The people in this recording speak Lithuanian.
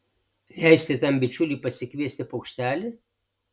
leisti tam bičiuliui pasikviesti paukštelį